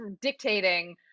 dictating